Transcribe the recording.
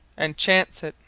and chance it.